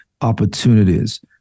opportunities